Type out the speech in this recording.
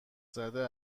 زده